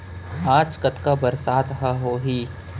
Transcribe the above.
आज कतका बरसात ह होही?